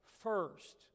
first